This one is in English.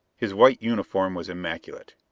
his white uniform was immaculate,